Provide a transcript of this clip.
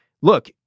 look